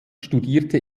studierte